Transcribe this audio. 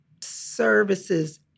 services